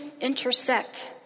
intersect